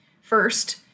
First